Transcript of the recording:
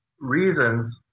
reasons